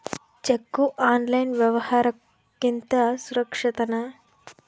Cheque online ವ್ಯವಹಾರುಕ್ಕಿಂತ ಸುರಕ್ಷಿತನಾ?